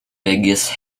biggest